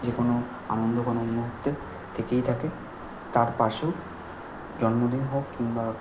যে কোনো আনন্দঘন মুহুর্তে থেকেই থাকে তার পাশেও জন্মদিন হোক কিংবা